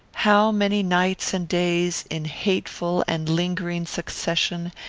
how many nights and days, in hateful and lingering succession,